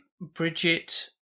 Bridget